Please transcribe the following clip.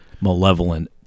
malevolent